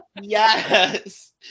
yes